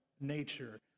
nature